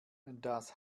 das